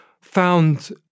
found